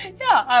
yeah,